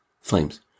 Flames